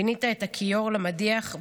פינית את הכיור למדיח,